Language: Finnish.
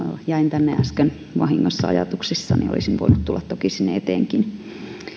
jäin tänne äsken vahingossa ajatuksissani olisin voinut tulla toki sinne eteenkin